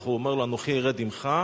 הקדוש-ברוך-הוא אומר לו: אנוכי ארד עמך,